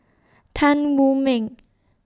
Tan Wu Meng